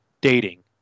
dating